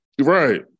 Right